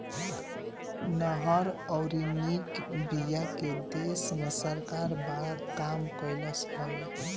नहर अउरी निक बिया के दिशा में सरकार बड़ा काम कइलस हवे